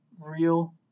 real